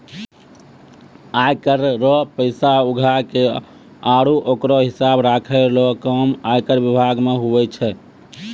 आय कर रो पैसा उघाय के आरो ओकरो हिसाब राखै रो काम आयकर बिभाग मे हुवै छै